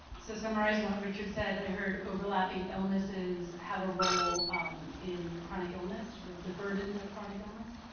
so summarizing what richard said, i heard overlapping illnesses have a role in chronic illness or the burden of chronic illness.